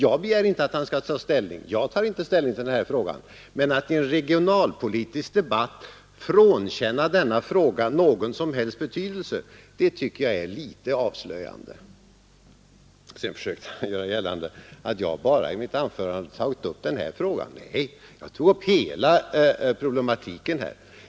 Jag begär inte att han skall ta ställning — jag tar inte ställning till det — men att i en regionalpolitisk debatt frånkänna denna fråga all betydelse tycker jag är avslöjande. Vidare försökte han göra gällande att jag i mitt anförande bara tagit upp denna fråga. Nej, jag tog upp hela problematiken.